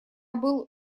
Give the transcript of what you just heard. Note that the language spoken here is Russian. был